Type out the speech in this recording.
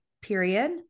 period